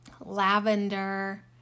lavender